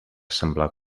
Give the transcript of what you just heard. semblar